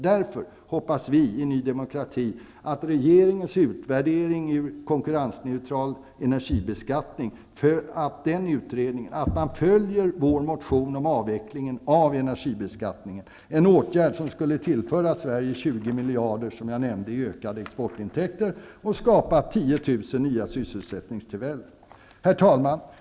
Därför hoppas vi i Ny demokrati att regeringen i samband med sin utvärdering av utredningen Konkurrensneutral energibeskattning följer vår motion om en avveckling av energibeskattningen, en åtgärd som, som jag nämnde, skulle tillföra Sverige 20 miljarder i ökade exportintäkter och skapa 10 000 nya sysselsättningstillfällen. Herr talman!